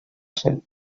cent